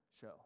show